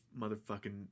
motherfucking